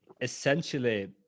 essentially